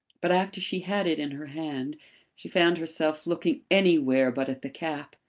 but after she had it in her hand she found herself looking anywhere but at the cap.